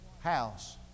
house